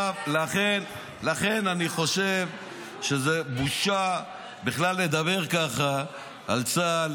לכן אני חושב שזו בושה בכלל לדבר ככה על צה"ל.